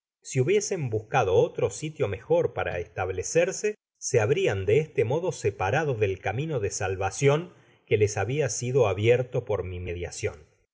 si hubiesen buscado otro sitio mejor para establecerse se habrian de este mo content from google book search generated at do separado del camino de salvacion que les habia sido abierto por mi mediacion